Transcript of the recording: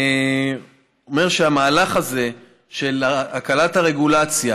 המהלך הזה של הקלת הרגולציה,